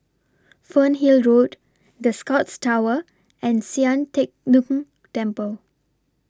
Fernhill Road The Scotts Tower and Sian Teck Tng Temple